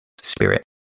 spirit